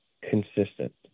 consistent